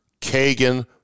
Kagan